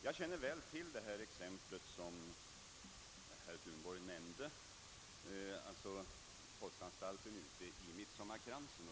Jag känner väl till det fall herr Thunborg nämnde, postanstalten ute i Midsommarkransen.